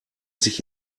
sich